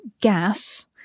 gas